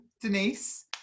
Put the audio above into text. Denise